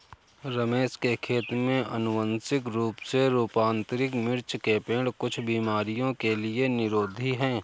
रमेश के खेत में अनुवांशिक रूप से रूपांतरित मिर्च के पेड़ कुछ बीमारियों के लिए निरोधी हैं